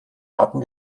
hatten